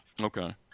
Okay